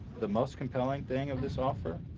the most compelling thing of this offer,